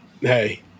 hey